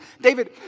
David